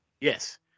Yes